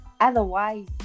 otherwise